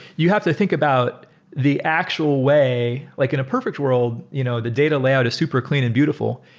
you have to think about the actual way, like in a perfect world, you know the data layout is super clean and beautiful.